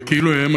וכאילו הן,